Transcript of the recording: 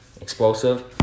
explosive